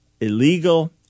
illegal